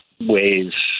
ways